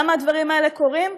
למה הדברים האלה קורים?